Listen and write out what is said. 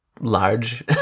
large